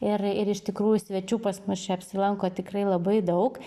ir ir iš tikrųjų svečių pas mus čia apsilanko tikrai labai daug